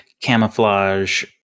camouflage